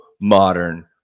modern